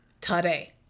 Today